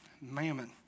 mammon